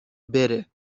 بره